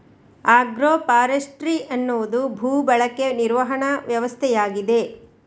agro forestry ಎನ್ನುವುದು ಭೂ ಬಳಕೆ ನಿರ್ವಹಣಾ ವ್ಯವಸ್ಥೆಯಾಗಿದೆ